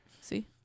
See